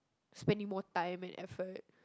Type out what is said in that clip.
spending more time and effort